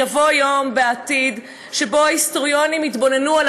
יבוא יום בעתיד שבו היסטוריונים יתבוננו על